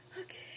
Okay